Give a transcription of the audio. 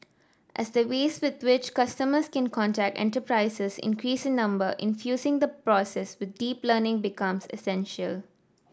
as the ways with which customers can contact enterprises increase in number infusing the process with deep learning becomes essential